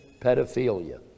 pedophilia